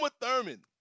Thurman